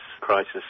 crisis